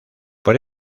por